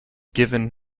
given